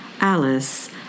Alice